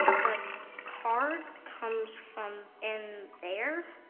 the card comes from in there?